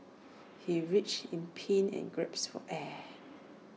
he writhed in pain and gasped for air